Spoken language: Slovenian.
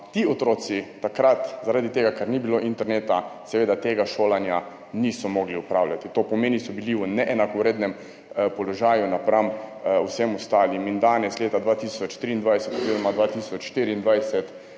ti otroci takrat zaradi tega, ker ni bilo interneta, seveda tega šolanja niso mogli opravljati. To pomeni, so bili v neenakovrednem položaju nasproti vsem ostalim. In danes, leta 2023 oziroma 2024,